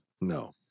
No